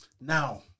Now